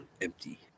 empty